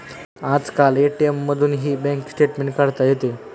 आजकाल ए.टी.एम मधूनही bank statement काढता येते